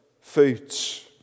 foods